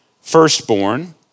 firstborn